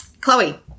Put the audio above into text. chloe